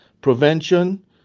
Prevention